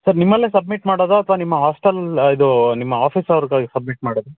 sir ನಿಮ್ಮಲ್ಲೇ submit ಮಾಡೋದಾ ಅಥವಾ ನಿಮ್ಮ ಹಾಸ್ಟೆಲ್ ಇದು ನಿಮ್ಮ ಆಫೀಸವ್ರತ್ರ ಸಬ್ಮಿಟ್ ಮಾಡೋದಾ